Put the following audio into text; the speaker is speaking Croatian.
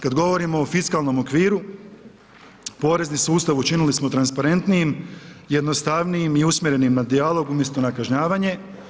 Kad govorimo o fiskalnom okviru, porezni sustav učinili smo transparentnijim, jednostavnijim i usmjerenim na dijalog umjesto na kažnjavanje.